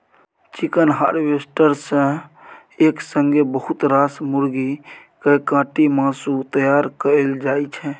chicken harvester सँ एक संगे बहुत रास मुरगी केँ काटि मासु तैयार कएल जाइ छै